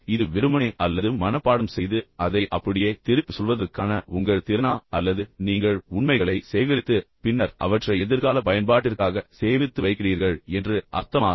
இது வெறுமனே அல்லது மனப்பாடம் செய்து அதை அப்படியே திருப்பி சொல்வதற்கான உங்கள் திறனா அல்லது நீங்கள் உண்மைகளை சேகரித்து பின்னர் அவற்றை எதிர்கால பயன்பாட்டிற்காக சேமித்து வைக்கிறீர்கள் என்று அர்த்தமா